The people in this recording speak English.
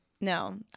No